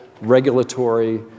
regulatory